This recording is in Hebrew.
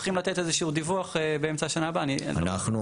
צריכים לעשות עבודה מקצועית טרם שמקבלים החלטה אם לאמץ,